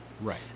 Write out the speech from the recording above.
Right